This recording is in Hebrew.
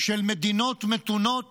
של מדינות מתונות